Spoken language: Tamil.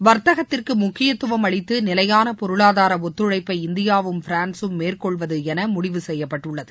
வர்த்தகத்திற்கு முக்கியத்துவம் அளித்து நிலையான பொருளாதார ஒத்துழைப்பை இந்தியாவும் பிரான்ஸும் மேற்கொள்வது என முடிவு செய்யப்பட்டுள்ளது